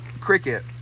cricket